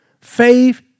Faith